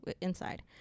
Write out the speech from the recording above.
inside